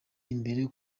imbere